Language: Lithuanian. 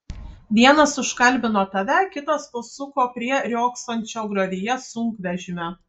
vienas užkalbino tave kitas pasuko prie riogsančio griovyje sunkvežimio